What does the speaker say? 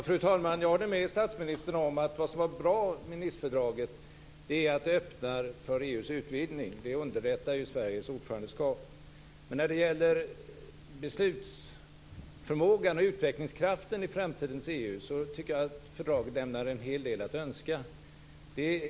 Fru talman! Jag håller med statsministern om att det som är bra med Nicefördraget är att det öppnar för EU:s utvidgning. Det underlättar Sveriges ordförandeskap. Men när det gäller beslutsförmågan och utvecklingskraften i framtidens EU, tycker jag att fördraget lämnar en hel del att önska.